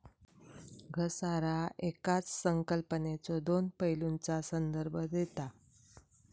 घसारा येकाच संकल्पनेच्यो दोन पैलूंचा संदर्भ देता